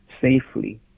safely